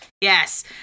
Yes